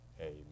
Amen